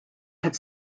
have